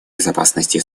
безопасности